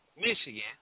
Michigan